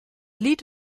lied